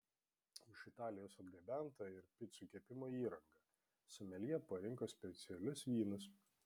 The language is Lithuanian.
iš italijos atgabenta ir picų kepimo įranga someljė parinko specialius vynus